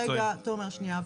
רגע, תומר, שנייה.